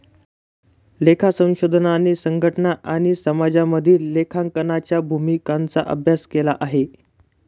लेखा संशोधनाने संघटना आणि समाजामधील लेखांकनाच्या भूमिकांचा अभ्यास केला आहे